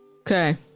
okay